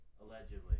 Allegedly